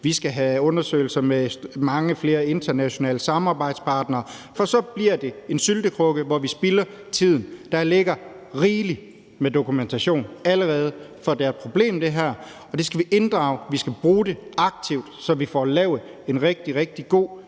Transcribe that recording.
vi skal have undersøgelser med mange flere internationale samarbejdspartnere, bliver det en syltekrukke, hvor vi spilder tiden. Der ligger rigelig med dokumentation allerede. For det her er et problem, og den dokumentation skal vi inddrage, bruge den aktivt, så vi får lavet en rigtig, rigtig god